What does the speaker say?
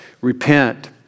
repent